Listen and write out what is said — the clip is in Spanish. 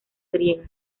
griega